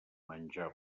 menjar